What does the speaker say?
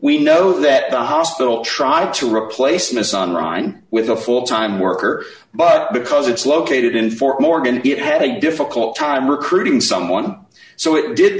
we know that the hospital tried to replace mizzen rhein with a full time worker but because it's located in fort morgan it had a difficult time recruiting someone so it did the